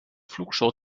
flugshow